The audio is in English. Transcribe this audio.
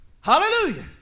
Hallelujah